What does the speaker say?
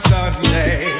Sunday